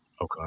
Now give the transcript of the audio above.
Okay